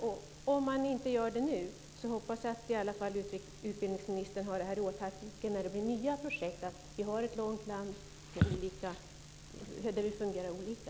Även om det inte görs nu, hoppas jag att utbildningsministern har det i åtanke när det blir nya projekt. Landet är långt, och vi fungerar olika.